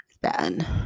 bad